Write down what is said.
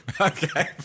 Okay